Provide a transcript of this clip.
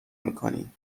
میکنی